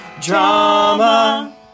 Drama